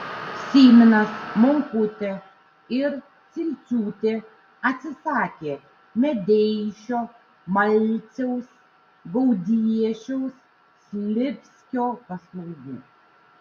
syminas monkutė ir cilciūtė atsisakė medeišio malciaus gaudiešiaus slivskio paslaugų